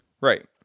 Right